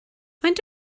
faint